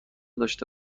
داشته